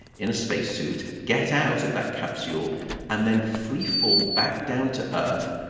in a spacesuit, get out of that capsule and then free fall back down to earth,